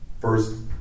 First